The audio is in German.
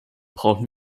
brauchen